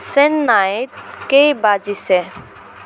চেন্নাইত কেই বাজিছে